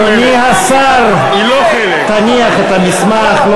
אדוני השר, אדוני השר, תניח את המסמך.